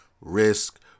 risk